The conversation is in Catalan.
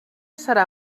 serà